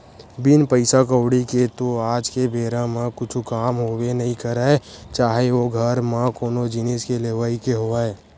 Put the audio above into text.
बिन पइसा कउड़ी के तो आज के बेरा म कुछु काम होबे नइ करय चाहे ओ घर म कोनो जिनिस के लेवई के होवय